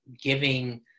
giving